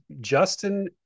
Justin